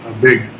big